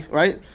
right